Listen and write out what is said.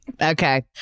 Okay